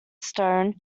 stone